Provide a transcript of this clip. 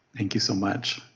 thank you so much.